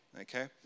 Okay